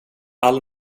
all